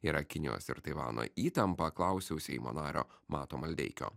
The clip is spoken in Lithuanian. yra kinijos ir taivano įtampa klausiau seimo nario mato maldeikio